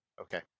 Okay